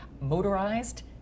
motorized